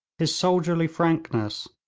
his soldierly frankness,